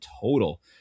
total